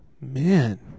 man